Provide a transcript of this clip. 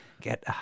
get